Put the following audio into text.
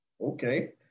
Okay